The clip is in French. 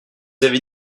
avez